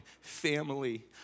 family